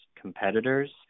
competitors